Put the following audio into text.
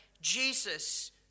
Jesus